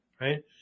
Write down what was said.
right